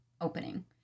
opening